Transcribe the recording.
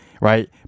right